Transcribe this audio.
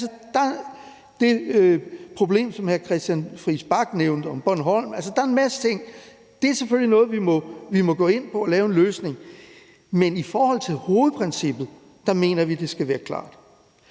er de? Hr. Christian Friis Bach nævnte problemet omkring Bornholm. Altså, der er en masse ting. Det er selvfølgelig noget, vi må gå ind og finde en løsning på, men i forhold til hovedprincippet mener vi, at det skal være klart.